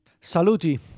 Saluti